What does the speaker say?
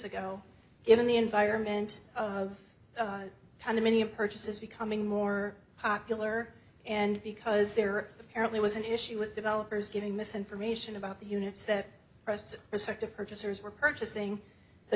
ago in the environment of condominium purchases becoming more popular and because there are apparently was an issue with developers giving misinformation about the units that rests respective purchasers were purchasing the